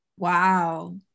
Wow